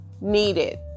needed